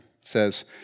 says